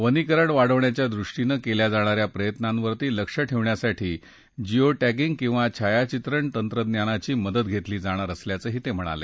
वनीकरण वाढवण्याच्या दृष्टीनं केल्या जाणा या प्रयत्नांवर लक्ष ठेवण्यासाठी जियो ट्रिंग किंवा छायाचित्रण तंत्रज्ञानाची मदत घेतली जाणार असल्याचंही ते म्हणाले